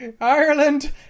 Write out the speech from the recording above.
Ireland